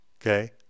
okay